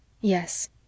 Yes